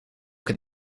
que